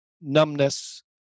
numbness